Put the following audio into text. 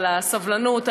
על הסבלנות,